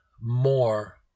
more